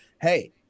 hey